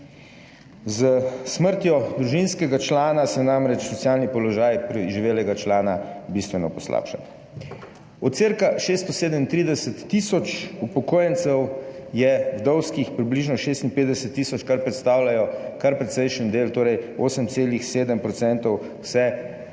S smrtjo družinskega člana se namreč socialni položaj preživelega člana bistveno poslabša. Od cirka 637 tisoč upokojencev je vdovskih približno 56 tisoč, kar predstavlja kar precejšen del, torej 8,7 % vse populacije